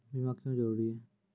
बीमा क्यों जरूरी हैं?